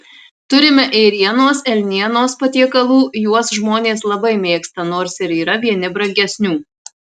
turime ėrienos elnienos patiekalų juos žmonės labai mėgsta nors ir yra vieni brangesnių